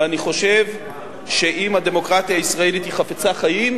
ואני חושב שאם הדמוקרטיה הישראלית היא חפצה חיים,